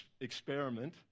experiment